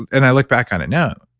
and i look back on it now,